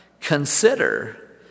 consider